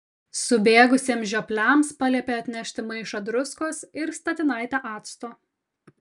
subėgusiems žiopliams paliepė atnešti maišą druskos ir statinaitę acto